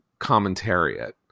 commentariat